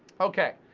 okay,